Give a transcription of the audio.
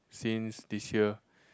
since this year